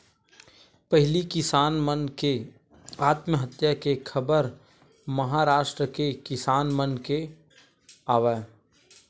पहिली किसान मन के आत्महत्या के खबर महारास्ट के किसान मन के आवय